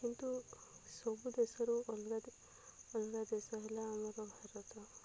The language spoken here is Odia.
କିନ୍ତୁ ସବୁ ଦେଶରୁ ଅଲଗା ଦେ ଅଲଗା ଦେଶ ହେଲା ଆମର ଭାରତ